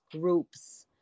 groups